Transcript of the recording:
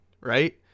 right